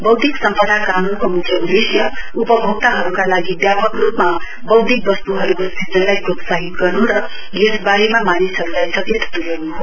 वौद्धियक सम्पदा कानूनको मुख्य उदेश्य उपभोक्ताहरूका लागि व्यापक रूपमा वौद्धियक वस्तुहरूको सृजनलाई प्रोत्साहित गर्नु र यसवारेमा मानिसहरूलाई सचेत तुल्याउनु हो